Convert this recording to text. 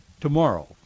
tomorrow